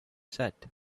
set